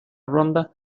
ronda